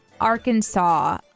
Arkansas